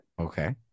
Okay